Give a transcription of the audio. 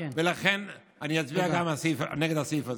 ולכן אני אצביע נגד הסעיף הזה.